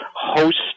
host